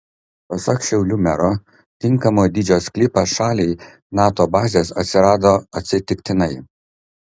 pasak šiaulių mero tinkamo dydžio sklypas šaliai nato bazės atsirado atsitiktinai